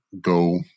go